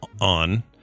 on